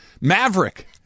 Maverick